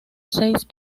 seis